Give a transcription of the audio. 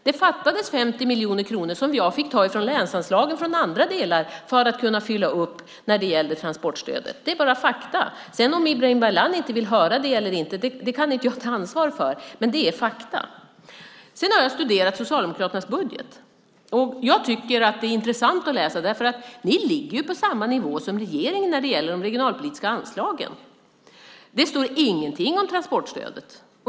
Det fattades 50 miljoner kronor som jag fick ta från länsanslagen och andra delar för att kunna fylla upp när det gällde transportstödet. Det är bara fakta. Om Ibrahim Baylan sedan vill höra det eller inte kan inte jag ta ansvar för, men det är fakta. Jag har studerat Socialdemokraternas budget. Och den är intressant att läsa, för ni ligger på samma nivå som regeringen när det gäller de regionalpolitiska anslagen. Det står ingenting om transportstödet.